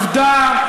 עובדה,